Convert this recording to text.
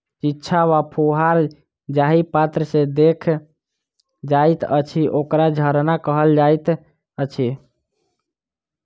छिच्चा वा फुहार जाहि पात्र सँ देल जाइत अछि, ओकरा झरना कहल जाइत अछि